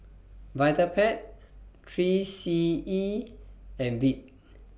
Vitapet three C E and Veet